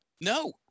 No